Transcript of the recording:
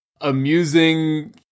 amusing